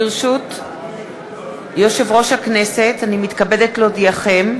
ברשות יושב-ראש הכנסת, אני מתכבדת להודיעכם,